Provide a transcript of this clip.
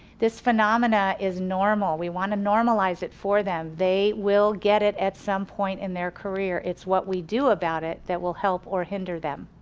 this phenomena is normal, we want to normalize it for them. they will get it at some point in their career. it's what we do about it that will help or hinder them.